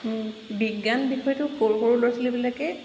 বিজ্ঞান বিষয়টো সৰু সৰু ল'ৰা ছোৱালীবিলাকে